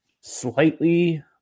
slightly